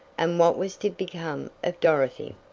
and what was to become of dorothy?